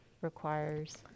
requires